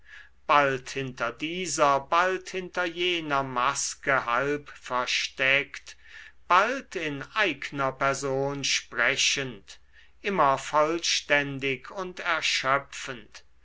bald hinter dieser bald hinter jener maske halb versteckt bald in eigner person sprechend immer vollständig und erschöpfend